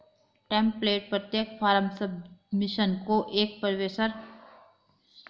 template प्रत्येक form submission को एक पेशेवर पी.डी.एफ रसीद में बदल देता है